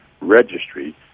registry